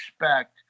expect